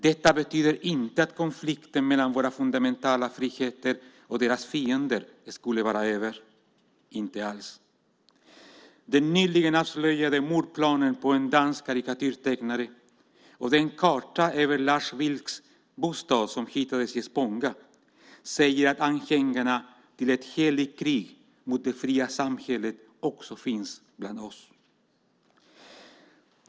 Detta betyder inte att konflikten mellan våra fundamentala friheter och deras fiender skulle vara över - inte alls. Den nyligen avslöjade planen att mörda en dansk karikatyrtecknare och den karta över Lars Vilks bostad som hittades i Spånga säger att anhängarna till ett heligt krig mot det fria samhället också finns bland oss.